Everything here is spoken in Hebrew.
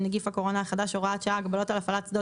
נגיף הקורונה החדש (הוראת שעה) (הגבלות על הפעלת שדות